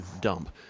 dump